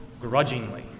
grudgingly